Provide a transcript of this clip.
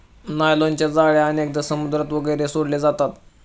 नायलॉनच्या जाळ्या अनेकदा समुद्रात वगैरे सोडले जातात